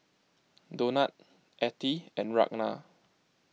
Donat Ethie and Ragna